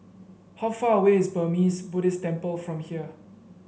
how far away is Burmese Buddhist Temple from here